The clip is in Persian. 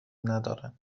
ندارن